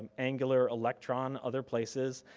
and angular, electron, other places,